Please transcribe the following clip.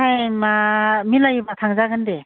टाइमया मिलायोबा थांजागोन दे